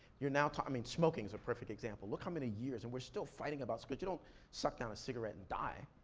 you're now talk, i mean, smoking's a perfect example. look how many years, and we're still fighting about so it, cause you don't suck down a cigarette and die,